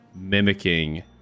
mimicking